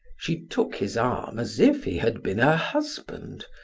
she took his arm as if he had been her husband,